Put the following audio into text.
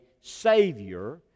Savior